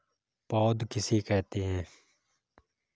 पौध किसे कहते हैं?